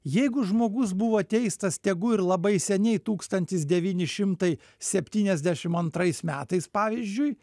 jeigu žmogus buvo teistas tegu ir labai seniai tūkstantis devyni šimtai septyniasdešimt antrais metais pavyzdžiui